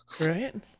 Right